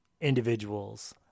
individuals